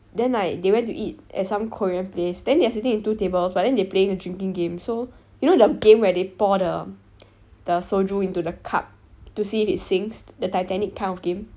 then like they went to eat at some korean place then they are sitting in two tables but then they playing the drinking game so you know the game where they pour the the soju into the cup to see if it sinks the titanic kind of game